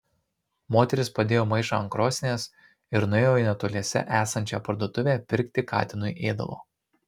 moteris padėjo maišą ant krosnies ir nuėjo į netoliese esančią parduotuvę pirkti katinui ėdalo